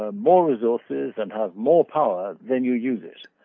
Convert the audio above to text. ah more resources and have more power then you use it.